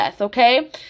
okay